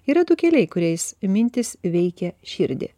yra du keliai kuriais mintys veikia širdį